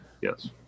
yes